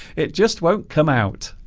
it just won't come out